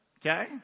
Okay